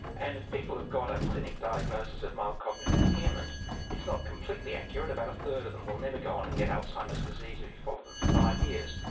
and if people have got a clinic diagnosis of mild cognitive impairment it's not completely accurate about a third of them will never go on and get alzheimer's disease if you follow them for five years.